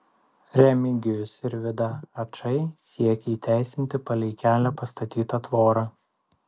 remigijus ir vida ačai siekia įteisinti palei kelią pastatytą tvorą